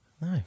No